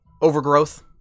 overgrowth